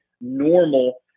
normal